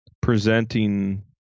presenting